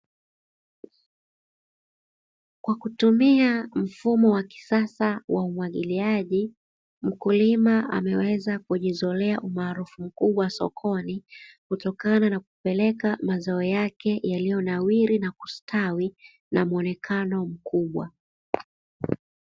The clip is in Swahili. Kwa kutumia mfumo wa kisasa wa umwagiliaji mkulima ameweza kujizolea umaarufu mkubwa sokoni, kutokana na kupeleka mazao yake yaliyo nawiri na kustawi na muonekano mkubwa.